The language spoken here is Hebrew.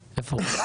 תכננו לבוא לפה.